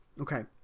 okay